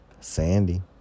Sandy